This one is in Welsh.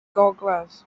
gogledd